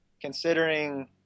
considering